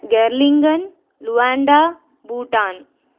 గెర్లింగన్ లువాడా భూటాన్